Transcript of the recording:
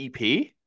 EP